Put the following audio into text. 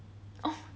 oh